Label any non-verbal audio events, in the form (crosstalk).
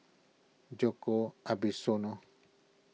Djoko (unintelligible)